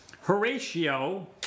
Horatio